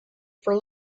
for